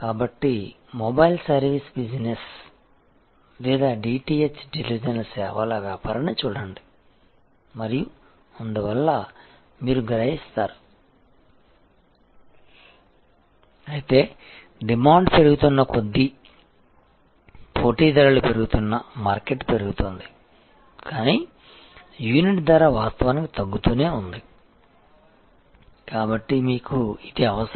కాబట్టి mobile service business లేదా DTH television సేవల వ్యాపారాన్ని చూడండి మరియు అందువలన మీరు గ్రహిస్తారు అయితే డిమాండ్ పెరుగుతున్న కొద్దీ పోటీదారులు పెరుగుతున్న మార్కెట్ పెరుగుతోంది కానీ యూనిట్ ధర వాస్తవానికి తగ్గుతూనే ఉంది కాబట్టి మీకు ఇది అవసరం